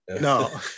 No